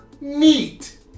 neat